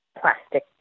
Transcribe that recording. plastic